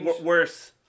worse